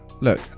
look